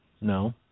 no